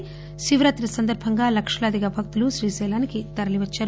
నేడు శివరాత్రి సందర్బంగా లక్షలాదిగా భక్తులు శ్రీశైలానికి తరలివచ్చారు